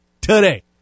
today